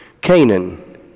Canaan